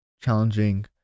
challenging